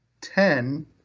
ten